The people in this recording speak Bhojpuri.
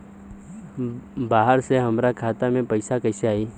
बाहर से हमरा खाता में पैसा कैसे आई?